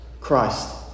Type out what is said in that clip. Christ